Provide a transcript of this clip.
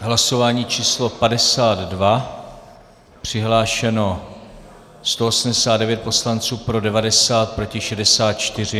V hlasování číslo 52 přihlášeno 189 poslanců, pro 90, proti 64.